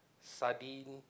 sardine